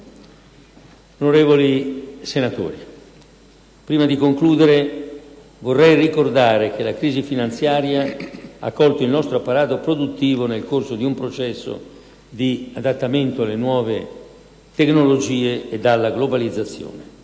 Onorevoli senatori, prima di concludere vorrei ricordare che la crisi finanziaria ha colto il nostro apparato produttivo nel corso di un processo di adattamento alle nuove tecnologie ed alla globalizzazione.